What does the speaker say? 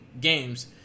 games